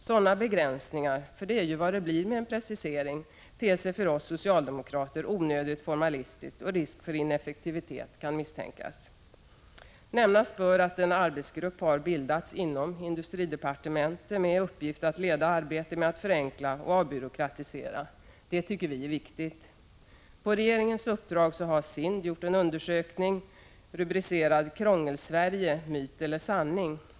Sådana begränsningar — för det är ju vad det blir med en precisering — ter sig för oss socialdemokrater onödigt formalistiska, och risk för ineffektivitet kan misstänkas. Nämnas bör att en arbetsgrupp har bildats inom industridepartementet med uppgift att leda arbetet med att förenkla och avbyråkratisera. Det tycker vi är viktigt. På regeringens uppdrag har SIND gjort en undersökning rubricerad Krångelsverige — myt eller sanning?